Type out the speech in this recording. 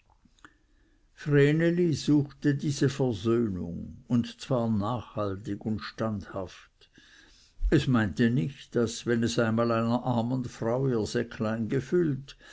suchte diese versöhnung und zwar nachhaltig und standhaft es meinte nicht daß wenn es einmal einer armen frau ihr säcklein gefüllt